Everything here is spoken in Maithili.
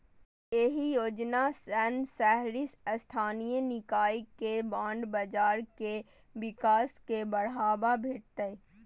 एहि योजना सं शहरी स्थानीय निकाय के बांड बाजार के विकास कें बढ़ावा भेटतै